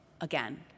again